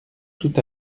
tout